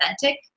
authentic